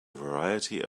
variety